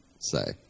Say